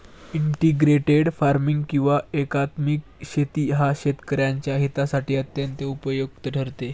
integrated farming किंवा एकात्मिक शेती ही शेतकऱ्यांच्या हितासाठी अत्यंत उपयुक्त ठरते